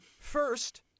First